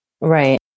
Right